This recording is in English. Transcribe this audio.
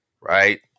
right